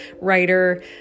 writer